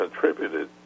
contributed